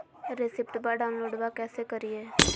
रेसिप्टबा डाउनलोडबा कैसे करिए?